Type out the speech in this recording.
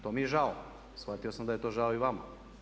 To mi je žao, shvatio sam da je to žao i vama.